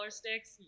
sticks